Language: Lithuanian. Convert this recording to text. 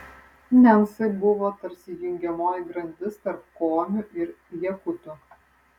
nencai buvo tarsi jungiamoji grandis tarp komių ir jakutų